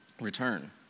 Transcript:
return